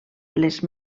les